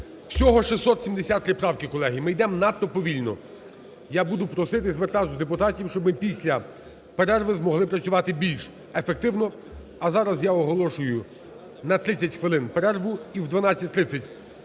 Всього 673 правки, колеги, ми йдемо надто повільно. Я буду просити і звертатися до депутатів, щоби ми після перерви змогли працювати більше ефективно. А зараз я оголошую на 30 хвилин перерву. І о 12:30